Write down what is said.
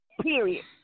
Period